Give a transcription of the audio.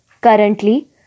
Currently